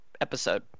episode